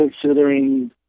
Considering